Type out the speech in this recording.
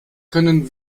können